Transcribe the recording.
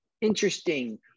interesting